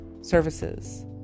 Services